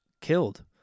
killed